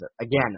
Again